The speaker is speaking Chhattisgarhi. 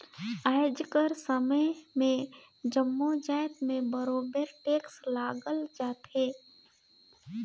आएज कर समे में जम्मो जाएत में बरोबेर टेक्स लगाल जाथे